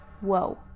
Whoa